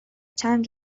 چند